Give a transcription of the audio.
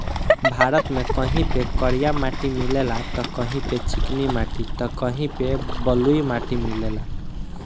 भारत में कहीं पे करिया माटी मिलेला त कहीं पे चिकनी माटी त कहीं पे बलुई माटी मिलेला